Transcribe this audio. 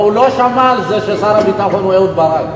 הוא לא שמע על זה ששר הביטחון הוא אהוד ברק.